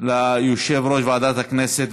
של יושב-ראש ועדת הכנסת.